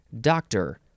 doctor